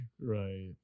Right